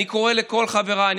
אני קורא לכל חבריי,